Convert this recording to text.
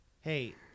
Hey